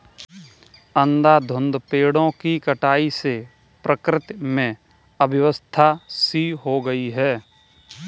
अंधाधुंध पेड़ों की कटाई से प्रकृति में अव्यवस्था सी हो गई है